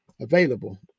available